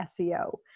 SEO